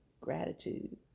gratitude